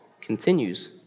continues